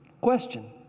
Question